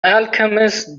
alchemist